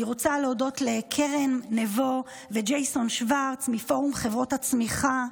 אני רוצה להודות לקרן נבו וג'ייסון שוורץ מפורום חברות הצמיחה.